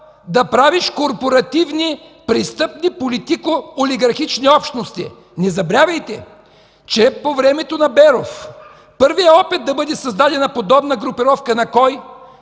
да правиш корпоративни, престъпни политико-олигархични общности? Не забравяйте, че по времето на Беров първият опит да бъде създадена групировка,